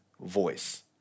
voice